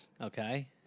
Okay